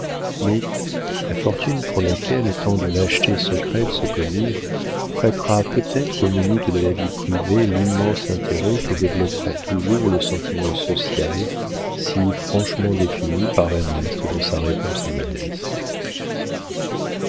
mais la fortune pour laquelle tant de lâchetés secrètes se commirent prêtera peut-être aux minuties de la vie privée l'immense intérêt que développera toujours le sentiment social si franchement défini par ernest dans sa réponse à modeste